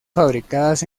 fabricadas